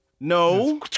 No